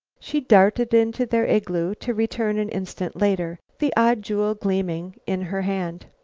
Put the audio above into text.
she darted into their igloo, to return an instant later, the odd jewel gleaming in her hand.